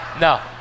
No